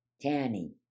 Tanny